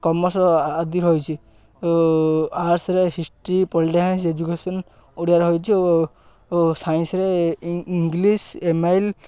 commerce ଆଦି ରହିଛି ଓ ଆର୍ଟସରେ history political science education Odia ରହିଛି ଓ ଓ ସାଇନ୍ସରେ ଇଂଲିଶ ଏମ ଆଇ ଏଲ